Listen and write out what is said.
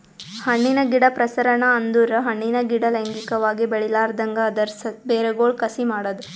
ಹಣ್ಣಿನ ಗಿಡ ಪ್ರಸರಣ ಅಂದುರ್ ಹಣ್ಣಿನ ಗಿಡ ಲೈಂಗಿಕವಾಗಿ ಬೆಳಿಲಾರ್ದಂಗ್ ಅದರ್ ಬೇರಗೊಳ್ ಕಸಿ ಮಾಡದ್